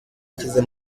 akize